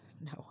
No